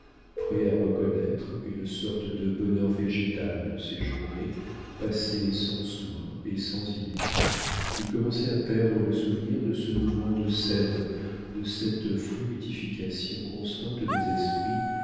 prêt à reconnaître une sorte de bonheur végétal dans ces journées passées sans soins et sans idées il commençait à perdre le souvenir de ce mouvement de sève de cette fructification constante des esprits